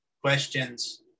questions